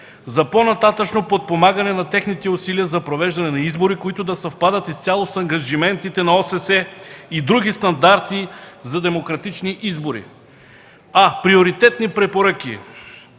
за по-нататъшно подпомагане на техните усилия за провеждане на избори, които да съвпадат изцяло с ангажиментите на ОССЕ и други стандарти за демократични избори. А. Приоритетни препоръки